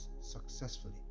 successfully